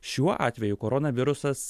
šiuo atveju korona virusas